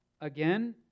again